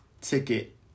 ticket